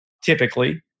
typically